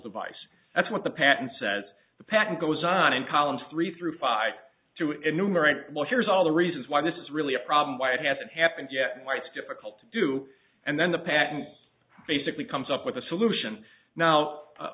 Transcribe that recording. device that's what the patent says the patent goes on in columns three through five to enumerate well here's all the reasons why this is really a problem why it hasn't happened yet and why it's difficult to do and then the patent basically comes up with a solution now